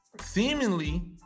seemingly